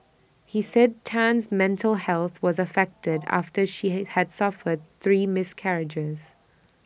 he said Tan's mental health was affected after she had suffered three miscarriages